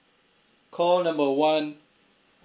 call number one